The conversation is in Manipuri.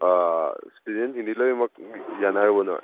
ꯏꯁꯇꯨꯗꯦꯟꯁꯤꯡꯗꯤ ꯂꯣꯏꯅꯃꯛ ꯌꯥꯅꯔꯕꯣ ꯅꯣꯏ